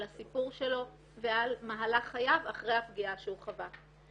על הסיפור שלו ועל מהלך חייו אחרי הפגיעה שהוא חווה.